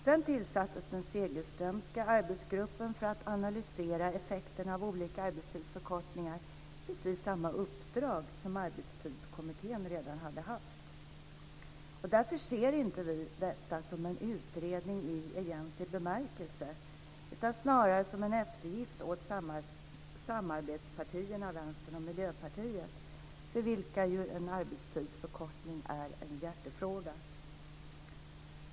Sedan tillsattes den Segelströmska arbetsgruppen för att analysera effekterna av olika arbetstidsförkortningar, precis samma uppdrag som Arbetstidskommittén redan hade haft. Därför ser inte vi detta som en utredning i egentlig bemärkelse utan snarare som en eftergift åt samarbetspartierna Vänsterpartiet och Miljöpartiet för vilka ju en arbetstidsförkortning är en hjärtefråga.